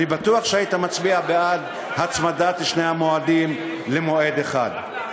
אני בטוח שהיית מצביע בעד הצמדת שני המועדים למועד אחד.